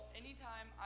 anytime